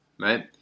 right